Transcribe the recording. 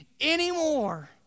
anymore